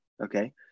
Okay